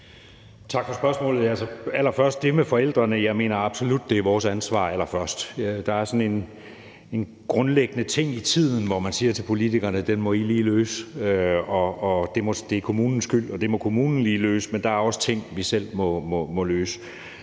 Tak for spørgsmålet. Altså, allerførst vil jeg sige om det med forældrene: Jeg mener absolut, det er vores ansvar allerførst. Der er sådan en grundlæggende ting i tiden, hvor man siger til politikerne, at den må I lige løse, og det er kommunens skyld, og det må kommunen lige løse. Men der er også ting, vi selv må løse.